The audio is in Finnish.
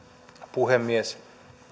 puhemies